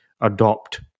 adopt